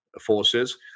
forces